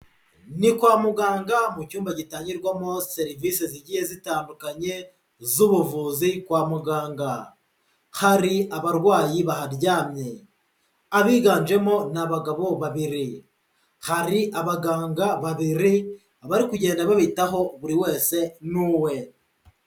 Ni kwa muganga mu cyumba gitangirwamo serivisi zigiye zitandukanye z'ubuvuzi kwa muganga. Hari abarwayi baharyamye. Abiganjemo n'abagabo babiri. Hari abaganga babiri bari kugenda babitaho buri wese n'uwe.